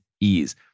ease